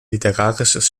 literarisches